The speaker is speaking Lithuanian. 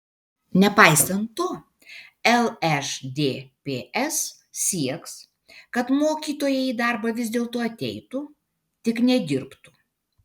nepaisant to lšdps sieks kad mokytojai į darbą vis dėlto ateitų tik nedirbtų